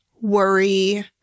worry